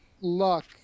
Luck